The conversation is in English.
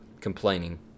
complaining